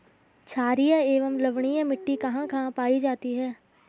छारीय एवं लवणीय मिट्टी कहां कहां पायी जाती है?